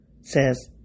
says